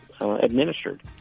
administered